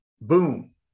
boom